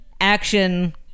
Action